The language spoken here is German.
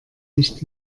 nicht